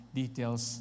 details